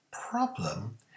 problem